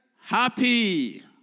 Happy